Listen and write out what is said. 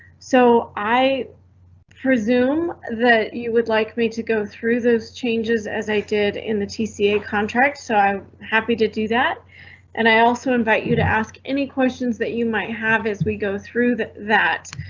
so i presume that you would like me to go through those changes as i did in the tc a contract, so i. happy to do that and i also invite you to ask any questions that you might have is we go through that. uhm,